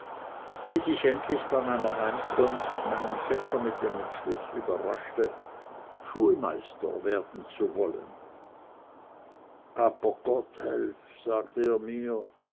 bis ich endlich bei meiner heimkunft meinen fecker mit dem entschluß überraschte schulmeister werden zu wollen aber gotthelf sagte er mir